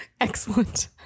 Excellent